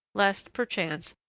lest, perchance,